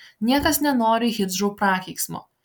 niekas nenori hidžrų prakeiksmo